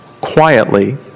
quietly